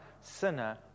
sinner